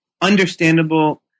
understandable